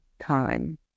time